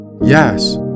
Yes